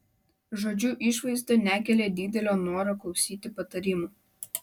žodžiu išvaizda nekelia didelio noro klausyti patarimų